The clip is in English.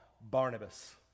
Barnabas